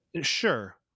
Sure